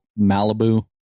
Malibu